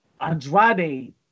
Andrade